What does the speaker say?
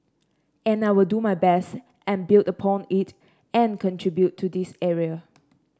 and I will do my best and build upon it and contribute to this area